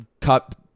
cut